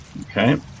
okay